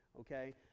okay